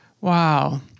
Wow